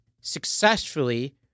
successfully